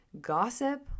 gossip